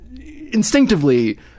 instinctively